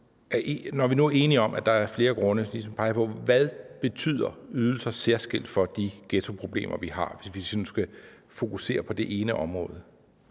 når vi nu er enige om, at der er flere grunde, ligesom pege på, hvad ydelser betyder særskilt for de ghettoproblemer, vi har, hvis vi sådan skal fokusere på det ene område?